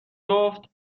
گفت